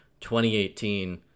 2018